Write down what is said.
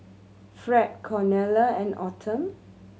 Fred Cornelia and Autumn